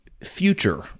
Future